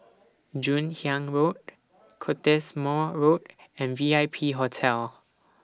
Joon Hiang Road Cottesmore Road and V I P Hotel